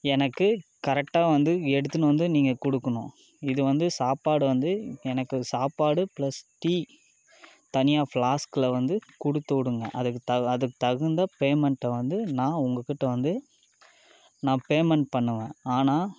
எனக்கு கரெட்டாக வந்து எடுத்துன்னு வந்து நீங்கள் கொடுக்கணும் இது வந்து சாப்பாடு வந்து எனக்கு சாப்பாடு ப்ளஸ் டீ தனியாக பிளாஸ்க்கில் வந்து கொடுத்துவுடுங்க அதுக்கு அதுதகுந்த பேமெண்ட்டை வந்து நான் உங்கள்கிட்ட வந்து நான் பேமெண்ட் பண்ணுவேன் ஆனால்